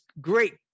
great